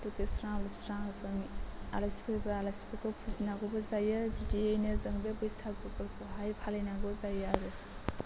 दुगैस्रां लोबस्रां जों आलासि फैबा आलासिफोरखौ फुजिनांगौबो जायो बिदिनो जों बे बैसागुफोरखौहाय फालिनांगौ जायो आरो